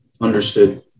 understood